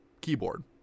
keyboard